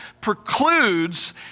precludes